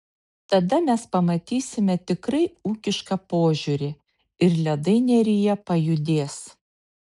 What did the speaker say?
tada mes pamatysime tikrai ūkišką požiūrį ir ledai neryje pajudės